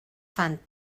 fan